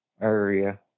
area